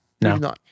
No